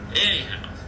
anyhow